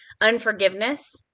unforgiveness